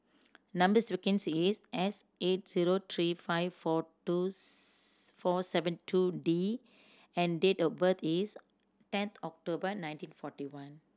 number sequence is S eight zero three five four two four seven two D and date of birth is ten October nineteen forty one